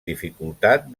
dificultat